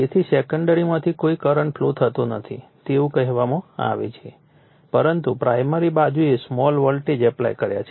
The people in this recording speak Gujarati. તેથી સેકન્ડરીમાંથી કોઈ કરંટ ફ્લો થતો નથી તેવું કહેવામાં આવે છે પરંતુ પ્રાઇમરી બાજુએ સ્મોલ વોલ્ટેજ એપ્લાય કર્યા છે